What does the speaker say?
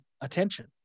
attention